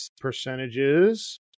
percentages